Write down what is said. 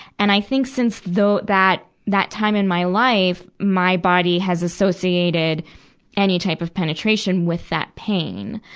and i think since those, that, that time in my life, my body has associated any type of penetration with that pain.